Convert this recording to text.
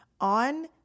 on